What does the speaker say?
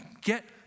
get